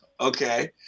okay